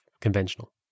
conventional